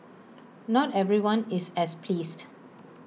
not everyone is as pleased